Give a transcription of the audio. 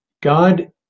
God